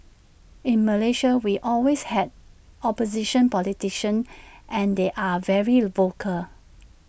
in Malaysia we have always had opposition politicians and they are very vocal